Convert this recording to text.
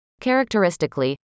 characteristically